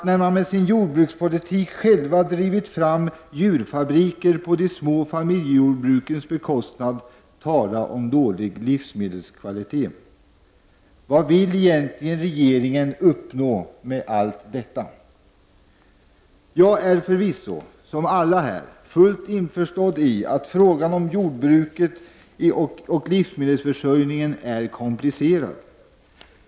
När man med sin jordbrukspolitik själv drivit fram djurfabriker på de små familjejordbrukens bekostnad, talas det om dålig livsmedelskvalitet. Vad vill regeringen egentligen uppnå med allt detta? Jag är förvisso, som alla här, fullt införstådd med att frågan om jordbruket och livsmedelsförsörjningen är komplicerad.